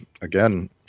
again